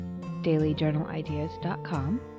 dailyjournalideas.com